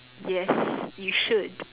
yes you should